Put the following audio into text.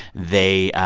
they,